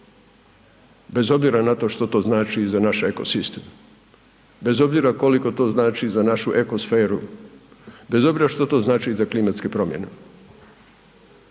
Bez obzira na to što to znači za naš eko sistem. Bez obzira koliko to znači za naši eko sferu. Bez obzira što to znači za klimatske promjene.